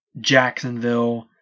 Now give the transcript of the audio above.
Jacksonville